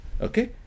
okay